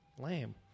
lame